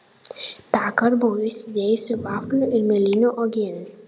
tąkart buvau įsidėjusi vaflių ir mėlynių uogienės